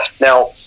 Now